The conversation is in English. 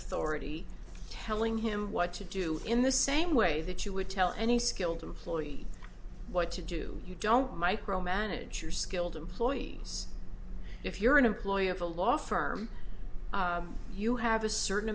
authority telling him what to do in the same way that you would tell any skilled employee what to do you don't micromanage your skilled employees if you're an employee of a law firm you have a certain